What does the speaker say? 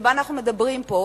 שבה אנחנו מדברים פה,